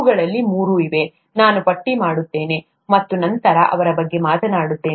ಅವುಗಳಲ್ಲಿ ಮೂರು ಇವೆ ನಾನು ಪಟ್ಟಿ ಮಾಡುತ್ತೇನೆ ಮತ್ತು ನಂತರ ಅವರ ಬಗ್ಗೆ ಮಾತನಾಡುತ್ತೇನೆ